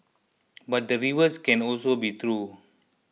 but the reverse can also be true